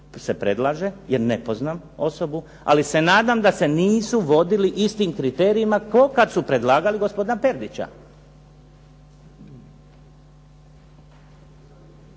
se predlaže jer ne poznam osobu ali se nadam da se nisu vodili istim kriterijima kao kad su predlagali gospodina Perdića.